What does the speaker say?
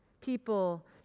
People